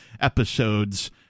episodes